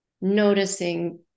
noticing